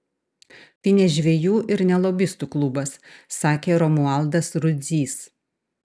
tai ne žvejų ir ne lobistų klubas sakė romualdas rudzys